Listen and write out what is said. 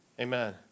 amen